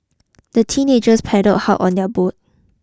the teenagers paddled hard on their boat